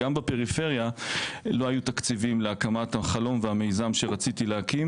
גם בפריפריה לא היו תקציבים להקמת החלום והמיזם שרציתי להקים,